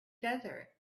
desert